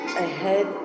Ahead